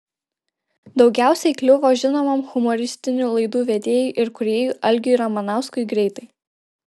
daugiausiai kliuvo žinomam humoristinių laidų vedėjui ir kūrėjui algiui ramanauskui greitai